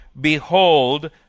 behold